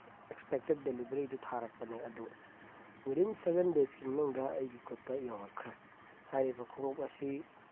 expected ꯗꯦꯂꯤꯚꯔꯤꯗꯨ ꯊꯥꯔꯛꯄꯅꯦ ꯑꯗꯨ ꯋꯤꯗꯤꯟ ꯁꯚꯦꯟ ꯗꯦꯖꯀꯤ ꯃꯅꯨꯡꯗ ꯑꯩꯒꯤ ꯈꯨꯠꯇ ꯌꯧꯔꯛꯈ꯭ꯔꯦ ꯍꯥꯏꯔꯤꯕ ꯈꯣꯡꯎꯞ ꯑꯁꯤ